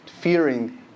fearing